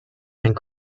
and